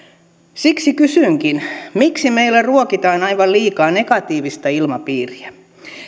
siksi kysynkin miksi meillä ruokitaan aivan liikaa negatiivista ilmapiiriä